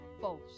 False